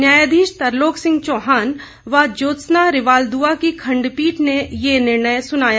न्यायाधीश तरलोक सिंह चौहान व ज्योत्सना रिवाल दुआ की खंड पीठ ने ये निर्णय सुनाया